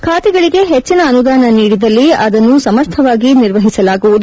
ಖಾತೆಗಳಿಗೆ ಹೆಚ್ಚನ ಅನುದಾನ ನೀಡಿದಲ್ಲಿ ಅದನ್ನು ಸಮರ್ಥವಾಗಿ ನಿರ್ವಹಿಸಲಾಗುವುದು